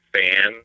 fan